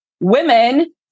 women